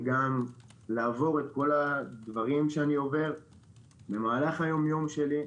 וגם לעבור את כל הדברים שאני עובר במהלך היום יום שלי.